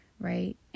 right